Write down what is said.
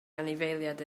anifeiliaid